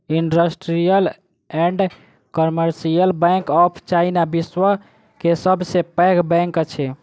industrial and commercial bank of China, विश्व के सब सॅ पैघ बैंक अछि